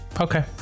Okay